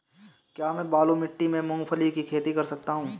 क्या मैं बालू मिट्टी में मूंगफली की खेती कर सकता हूँ?